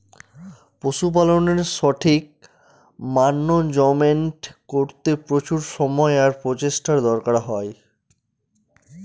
পশুপালকের সঠিক মান্যাজমেন্ট করতে প্রচুর সময় আর প্রচেষ্টার দরকার হয়